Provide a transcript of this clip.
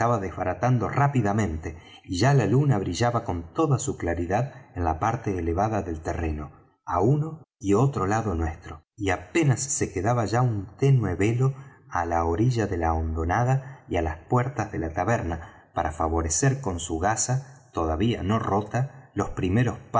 desbaratando rápidamente y ya la luna brillaba con toda su claridad en la parte elevada del terreno á uno y otro lado nuestro y apenas se quedaba ya un ténue velo á la orilla de la hondonada y á las puertas de la taberna para favorecer con su gasa todavía no rota los primeros